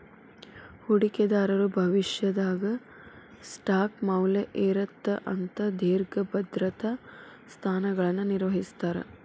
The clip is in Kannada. ಹೂಡಿಕೆದಾರರು ಭವಿಷ್ಯದಾಗ ಸ್ಟಾಕ್ ಮೌಲ್ಯ ಏರತ್ತ ಅಂತ ದೇರ್ಘ ಭದ್ರತಾ ಸ್ಥಾನಗಳನ್ನ ನಿರ್ವಹಿಸ್ತರ